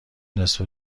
نصف